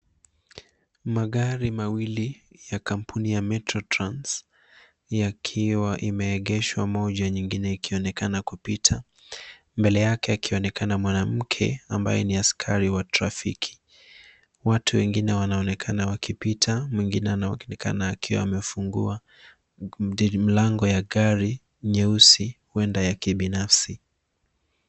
Magari mawili ya kampuni ya Metro Trans yakiwa imeegeshwa moja nyingine ikionekana kupita, mbele yake akionekana mwanamke ambaye ni askari wa trafiki. Watu wengine wanaonekana wakipita mwingine anaonekana akiwa amefungua mlango ya gari nyeusi, huenda ya kibinafsi.